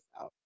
out